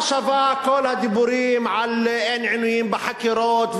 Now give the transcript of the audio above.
מה שווים כל הדיבורים על אין-עינויים בחקירות,